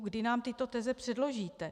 Kdy nám tyto teze předložíte?